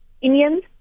Indians